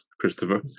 Christopher